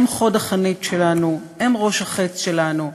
הם חוד החנית שלנו, הם ראש החץ שלנו.